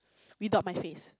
without my face